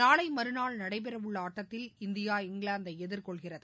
நாளை மறுநாள் நடைபெறவுள்ள ஆட்டத்தில் இந்தியா இங்கிவாந்தை எதிர்கொள்கிறது